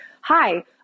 hi